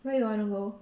where you want to go